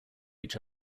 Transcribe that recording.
each